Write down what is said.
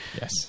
yes